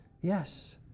Yes